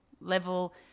level